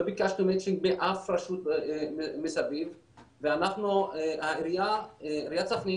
לא ביקשנו מצ'ינג באף רשות מסביב ועיריית סכנין